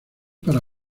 para